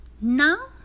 Now